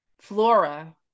flora